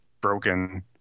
broken